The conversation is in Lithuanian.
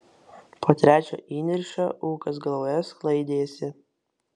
po trečio įniršio ūkas galvoje sklaidėsi